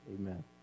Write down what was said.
Amen